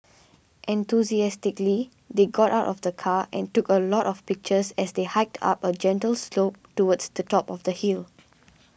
enthusiastically they got out of the car and took a lot of pictures as they hiked up a gentle slope towards the top of the hill